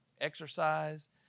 exercise